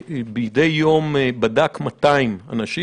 מדי יום בדק 200 אנשים,